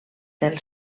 del